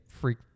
freak